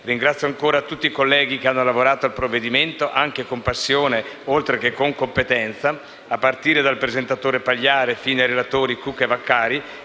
Ringrazio ancora tutti i colleghi che hanno lavorato al provvedimento, anche con passione oltre che con competenza, a partire dal presentatore Pagliari fino ai relatori Cucca e Vaccari,